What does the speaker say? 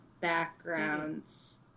backgrounds